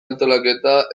antolaketa